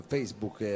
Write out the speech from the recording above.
Facebook